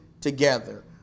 together